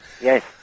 Yes